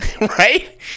right